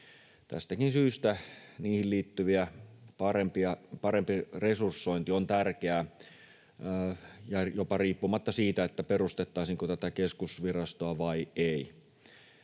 Tästäkin syystä niihin liittyvä parempi resursointi on tärkeää, jopa riippumatta siitä, perustettaisiinko tätä keskusvirastoa vai ei.